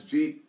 Jeep